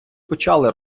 почали